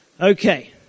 Okay